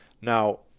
Now